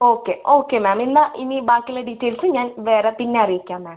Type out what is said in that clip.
okay okay ma'am എന്നാൽ ഇനി ബാക്കിയുള്ള ഡീറ്റെയിൽസ് ഞാൻ വേറെ പിന്നെ അറിയിക്കാം മാം